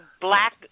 black